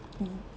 mm